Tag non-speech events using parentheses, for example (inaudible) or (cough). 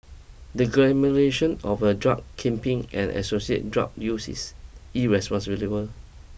the (unintelligible) of a drug kingpin and associated drug use is (unintelligible)